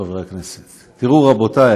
כעת, רבותי,